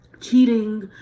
cheating